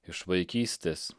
iš vaikystės